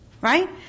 right